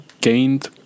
gained